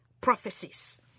prophecies